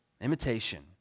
Imitation